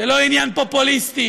זה לא עניין פופוליסטי.